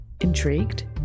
Intrigued